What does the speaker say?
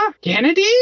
Kennedy